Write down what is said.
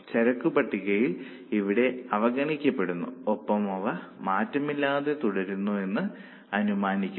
ചരക്കു പട്ടികകൾ ഇവിടെ അവഗണിക്കപ്പെടുന്നു ഒപ്പം അവ മാറ്റമില്ലാതെ തുടരുമെന്ന് അനുമാനിക്കുന്നു